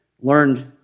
learned